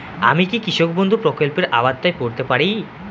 আমি কি কৃষক বন্ধু প্রকল্পের আওতায় পড়তে পারি?